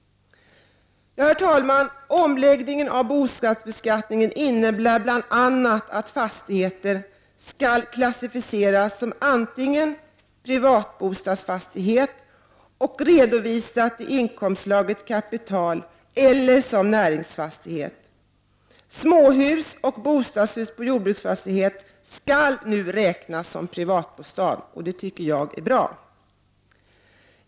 Herr talman! Omläggningen av bostadsbeskattningen innebär bl.a. att fastigheter skall klassificeras som antingen privatbostadsfastighet och redovisas i inkomstslaget kapital eller som näringsfastighet. Småhus och bostadshus på jordbruksfastighet skall nu räknas som privatbostad, och det tycker jag är bra.